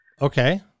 Okay